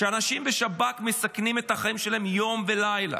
כשאנשים בשב"כ מסכנים את החיים שלהם יום ולילה,